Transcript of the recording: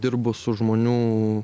dirbu su žmonių